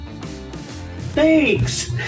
thanks